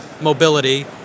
mobility